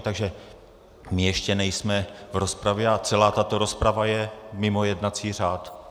Takže my ještě nejsme v rozpravě a celá tato rozprava je mimo jednací řád.